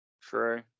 True